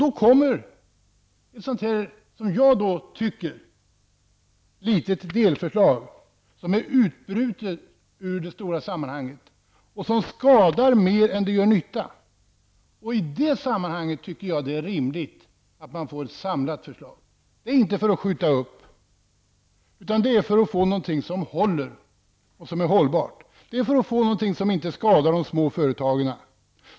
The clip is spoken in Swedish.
Nu kommer ett, som jag tycker, litet delförslag utbrutet ur de stora sammanhangen. Det skadar mer än det gör nytta. Därför tycker jag det är rimligt med ett samlat förslag. Avsikten är inte att skjuta upp ett beslut, utan det är för att få något som är hållbart och som inte skadar de små företagen.